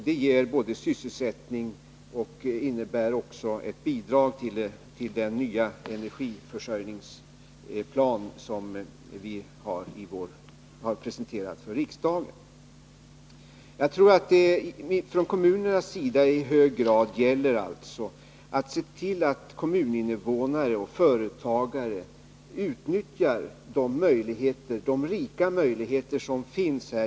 Det ger sysselsättning och innebär också ett bidrag till den nya energiförsörjningsplan som i vår har presenterats för riksdagen. Det gäller alltså för kommunerna att se till att kommuninvånare och företagare utnyttjar de rika möjligheter som finns.